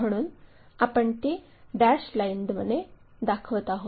म्हणून आपण ती डॅश लाईनने दाखवत आहोत